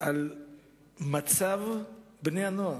על מצב בני-הנוער,